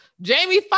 Jamie